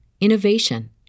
innovation